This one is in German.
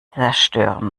zerstören